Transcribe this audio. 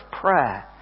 prayer